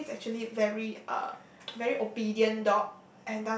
cause Tobi is actually very uh very obedient dog